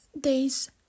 days